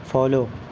follow